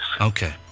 Okay